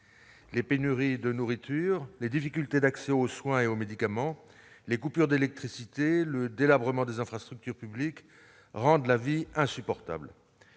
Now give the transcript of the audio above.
Les pénuries de nourriture, les difficultés d'accès aux soins et aux médicaments, les coupures d'électricité, le délabrement des infrastructures publiques rendent la vie insupportable.